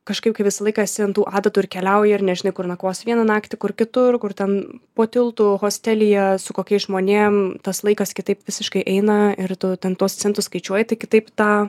kažkaip kai visą laiką esi ant tų adatų ir keliauji ir nežinai kur nakvosi vieną naktį kur kitur kur ten po tiltu hostelyje su kokiais žmonėm tas laikas kitaip visiškai eina ir tu ten tuos centus skaičiuoji tai kitaip tą